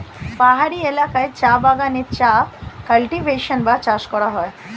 পাহাড়ি এলাকায় চা বাগানে চা কাল্টিভেশন বা চাষ করা হয়